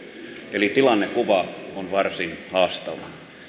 eli tilannekuva on varsin haastava